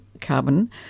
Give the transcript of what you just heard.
carbon